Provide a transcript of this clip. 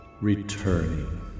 returning